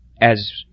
As